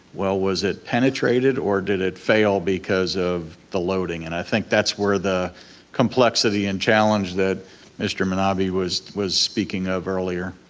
well was it penetrated or did it fail because of the loading, and i think that's where the complexity and challenge that mr. minabe was was speaking of earlier.